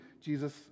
Jesus